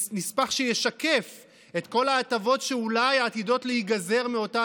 שישקף את כל ההטבות שאולי עתידות להיגזר לו,